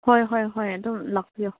ꯍꯣꯏ ꯍꯣꯏ ꯍꯣꯏ ꯑꯗꯨꯝ ꯂꯥꯛꯄꯤꯌꯣ